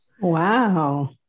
wow